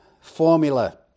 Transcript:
formula